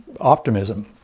optimism